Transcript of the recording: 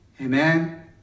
Amen